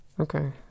Okay